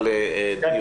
כן,